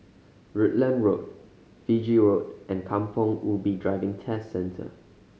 Rutland Road Fiji Road and Kampong Ubi Driving Test Centre